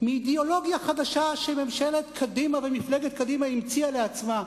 מאידיאולוגיה חדשה שממשלת קדימה ומפלגת קדימה המציאה לעצמה.